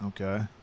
Okay